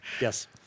Yes